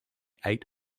eight